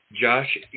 Josh